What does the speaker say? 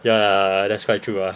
ya ya ya that's quite true ah